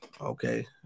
okay